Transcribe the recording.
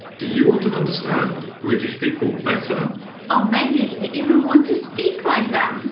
do you want to understand british people better or maybe you even want to speak like them?